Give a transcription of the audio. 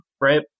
right